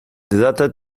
data